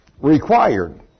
required